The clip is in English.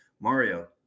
Mario